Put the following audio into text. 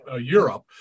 Europe